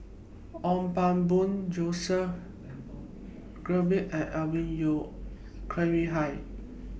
Ong Pang Boon Joseph Grimberg and Alvin Yeo Khirn Hai